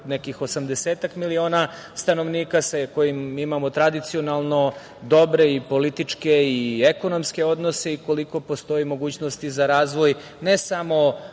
nekih osamdesetak miliona stanovnika, sa kojim imamo tradicionalno dobre i političke i ekonomske odnose i koliko postoji mogućnosti za razvoj ne samo